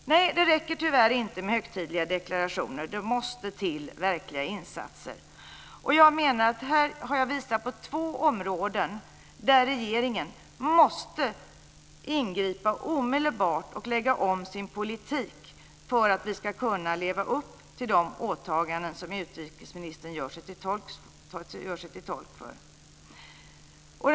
Det räcker tyvärr inte med högtidliga deklarationer, det måste till verkliga insatser. Här har jag visat på två områden där regeringen måste ingripa omedelbart och lägga om sin politik för att vi ska kunna leva upp till de åtaganden som utrikesministern gör sig till tolk för.